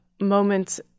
moments